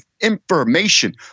information